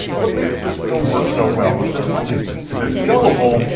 what makes this film work so well is that mike is painted as gullible,